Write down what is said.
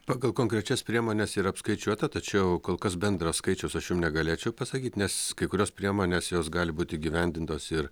pagal konkrečias priemones yra apskaičiuota tačiau kol kas bendras skaičius aš jum negalėčiau pasakyt nes kai kurios priemonės jos gali būt įgyvendintos ir